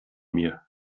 mir